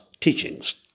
teachings